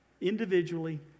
individually